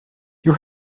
your